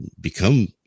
become